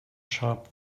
sharp